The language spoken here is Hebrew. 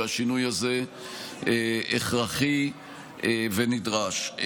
והשינוי הזה הכרחי ונדרש.